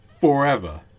forever